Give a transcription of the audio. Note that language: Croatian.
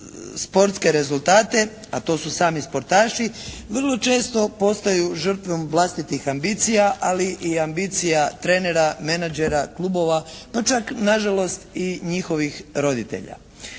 sportske rezultate, a to su sami sportaši vrlo često postaju žrtvom vlastitih ambicija, ali i ambicija trenera, menadžera, klubova, pa čak na žalost i njihovih roditelja.